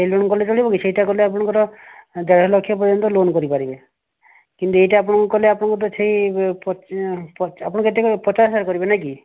ସେ ଲୋନ କଲେ ଚଳିବ କି ସେଇଟା କଲେ ଆପଣଙ୍କର ଦେଢ଼ ଲକ୍ଷ ପର୍ଯ୍ୟନ୍ତ ଲୋନ କରିପାରିବେ କିନ୍ତୁ ଏଇଟା ଆପଣଙ୍କୁ କଲେ ଆପଣଙ୍କୁ ତ ସେହି ଆପଣ କେତେ କରିବେ ପଚାଶ ହଜାର କରିବେ ନା କି